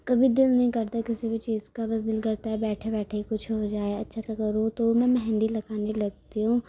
کبھی دل نہیں کرتا کسی بھی چیز کا بس دل کرتا ہے بیٹھے بیٹھے کچھ ہوجائے اچھا سا کروں تو میں مہندی لگانے لگتی ہوں